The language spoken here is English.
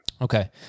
Okay